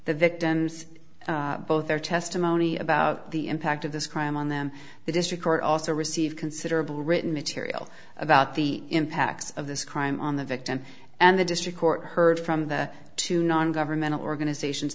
the victims both their testimony about the impact of this crime on them the district court also received considerable written material about the impacts of this crime on the victim and the district court heard from the two non governmental organizations